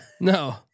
No